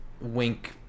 Wink